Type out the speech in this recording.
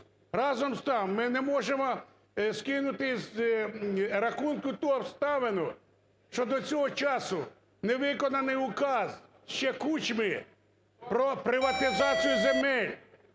Разом з тим, ми не можемо скинути з рахунку ту обставину, що до цього часу не виконаний Указ ще Кучми про приватизацію земель